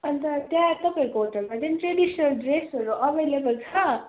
अन्त त्यहाँ तपाईँहरूको होटलमा चाहिँ ट्रेडिसनल ड्रेसहरू अभाइलेबल छ